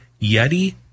Yeti